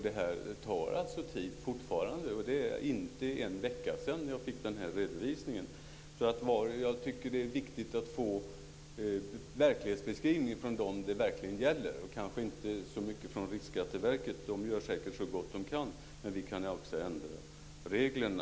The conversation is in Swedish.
Det tar alltså tid fortfarande, och det är inte mer än en vecka sedan jag fick den här redovisningen. Jag tycker att det är viktigt att få en verklighetsbeskrivning från dem det verkligen gäller, kanske inte från Riksskatteverket. De gör säkert så gott de kan, men vi kan också ändra reglerna.